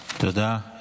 תודה.